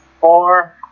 Four